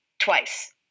twice